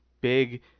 big –